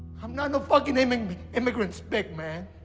i'm not no fucking immigrant spick, man.